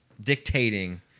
dictating